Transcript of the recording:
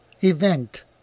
event